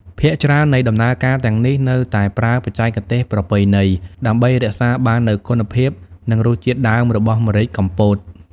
ភាគច្រើននៃដំណើរការទាំងនេះនៅតែប្រើបច្ចេកទេសប្រពៃណី ដើម្បីរក្សាបាននូវគុណភាព និងរសជាតិដើមរបស់ម្រេចកំពត ។